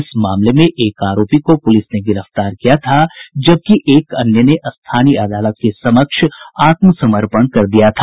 इस मामले में एक आरोपी को पुलिस ने गिरफ्तार किया था जबकि एक अन्य ने स्थानीय अदालत के समक्ष आत्समर्पण कर दिया था